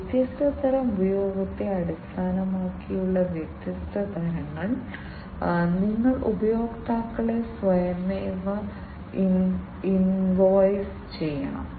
വ്യാവസായിക പ്രക്രിയകൾ വ്യാവസായിക യന്ത്രങ്ങൾ തുടങ്ങിയവ ഓട്ടോമേറ്റ് ചെയ്യുന്നതിനുള്ള പ്രത്യേക കഴിവുകൾ